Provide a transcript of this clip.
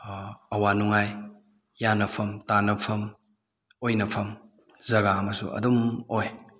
ꯑꯋꯥ ꯅꯨꯡꯉꯥꯏ ꯌꯥꯅꯐꯝ ꯇꯥꯅꯐꯝ ꯑꯣꯏꯅꯐꯝ ꯖꯒꯥ ꯑꯃꯁꯨ ꯑꯗꯨꯝ ꯑꯣꯏ